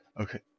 okay